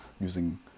using